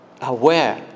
aware